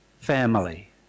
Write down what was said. family